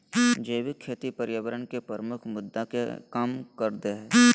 जैविक खेती पर्यावरण के प्रमुख मुद्दा के कम कर देय हइ